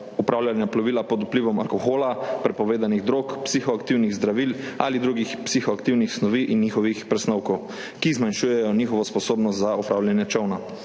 upravljanja plovila pod vplivom alkohola, prepovedanih drog, psihoaktivnih zdravil ali drugih psihoaktivnih snovi in njihovih presnovkov, ki zmanjšujejo njihovo sposobnost za opravljanje čolna.